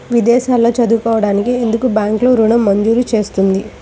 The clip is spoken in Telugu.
విదేశాల్లో చదువుకోవడానికి ఎందుకు బ్యాంక్లలో ఋణం మంజూరు చేస్తుంది?